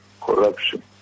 corruption